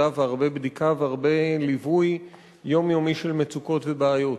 והרבה בדיקה והרבה ליווי יומיומי של מצוקות ובעיות.